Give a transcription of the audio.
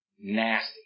nasty